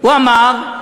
הוא אמר.